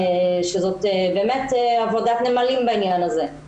שזאת באמת עבודת נמלים בעניין הזה.